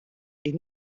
est